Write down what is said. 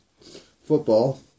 football